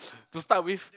to start with